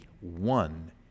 one